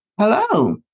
Hello